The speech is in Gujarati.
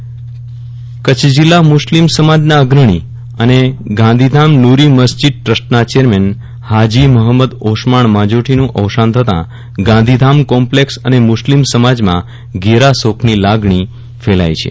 વિરલ રાણા અવસાન કચ્છ જીલ્લા મુસ્લિમ સમાજના અગ્રણી અને ગાંધીધામ નુરી મસ્જીદ ટ્રસ્ટના ચેરમેન હાજી મહમદ ઓસમાણ માંજોઠીનું અવસાન થતાં ગાંધીધામ કોમ્પ્લેક્ષ અને મુસ્લિમ સમાજમાં ઘેર શોકની લાગણી ફેલાઈ છે